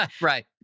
Right